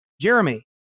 Jeremy